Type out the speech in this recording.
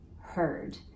heard